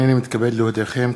הנני מתכבד להודיעכם,